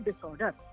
disorder